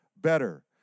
better